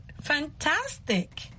fantastic